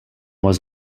was